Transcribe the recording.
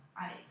ICE